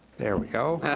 there we go.